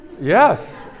Yes